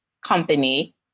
company